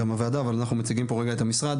אבל אנחנו מציגים פה רגע את המשרד.